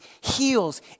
heals